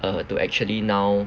uh to actually now